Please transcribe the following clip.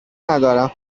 ندارم